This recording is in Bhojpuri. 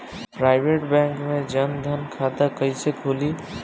प्राइवेट बैंक मे जन धन खाता कैसे खुली?